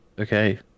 Okay